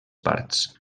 parts